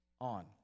on